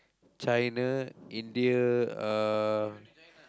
China India uh